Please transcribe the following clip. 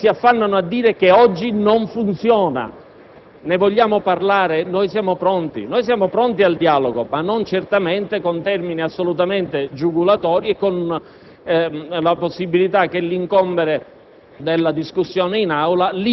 e in ordine al quale tutti si affannano a dire che oggi non funziona. Ne vogliamo parlare? Noi siamo pronti al dialogo, ma non certamente con termini giugulatori e con la possibilità che l'incombere